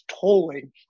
tolling